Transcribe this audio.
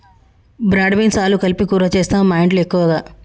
broad beans ఆలు కలిపి కూర చేస్తాము మాఇంట్లో ఎక్కువగా